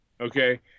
okay